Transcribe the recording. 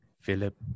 Philip